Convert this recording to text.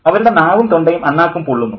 അവരുടെ നാവും തൊണ്ടയും അണ്ണാക്കും പൊള്ളുന്നു